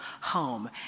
home